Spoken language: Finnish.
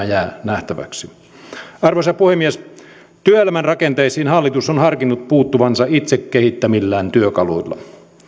jää nähtäväksi arvoisa puhemies työelämän rakenteisiin hallitus on harkinnut puuttuvansa itse kehittämillään työkaluilla